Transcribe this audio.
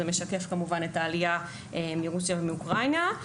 זה משקף, כמובן, את העלייה מרוסיה ומאוקראינה.